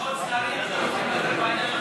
יש עוד שרים שרוצים לדבר בעניין.